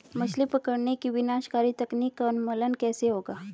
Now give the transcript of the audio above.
मछली पकड़ने की विनाशकारी तकनीक का उन्मूलन कैसे होगा?